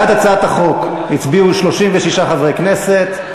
בעד הצעת החוק הצביעו 36 חברי כנסת,